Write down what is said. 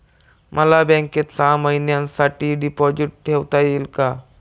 मला बँकेत सहा महिन्यांसाठी डिपॉझिट ठेवता येईल का?